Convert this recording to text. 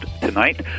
tonight